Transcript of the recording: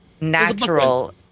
natural